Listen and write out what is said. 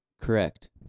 Correct